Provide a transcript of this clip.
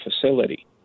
facility